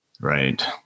Right